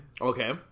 Okay